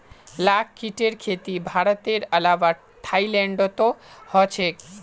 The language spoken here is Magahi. लाख कीटेर खेती भारतेर अलावा थाईलैंडतो ह छेक